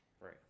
Right